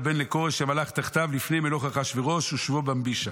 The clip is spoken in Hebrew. בן לכורש שמלך תחתיו לפני מלוך אחשוורוש ושמו במבישה."